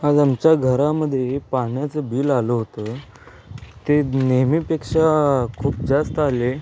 आज आमच्या घरामध्ये पाण्याचं बिल आलं होतं ते नेहमीपेक्षा खूप जास्त आले